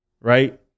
right